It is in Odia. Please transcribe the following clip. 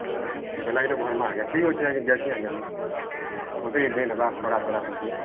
ବୋଲା ବୋଲା ଏଇଟାକୁ ଭର୍ମା ଆଜ୍ଞା ଠିକ୍ ଅଛି ଆଜ୍ଞା ଯାସି ଆଜ୍ଞା ମୁଁ ମତେ ବେଲ୍ ଖରା ତରା ହେଉଛି